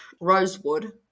Rosewood